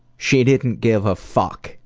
she didn't give a fuck.